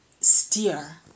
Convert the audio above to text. steer